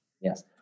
Yes